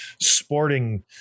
sporting